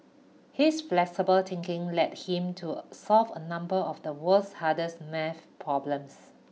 his flexible thinking led him to solve a number of the world's hardest math problems